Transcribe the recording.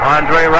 Andre